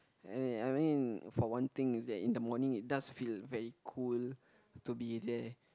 I mean for one thing is that in the morning it does feel very cool to be there